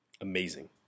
amazing